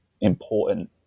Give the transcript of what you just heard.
important